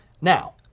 Now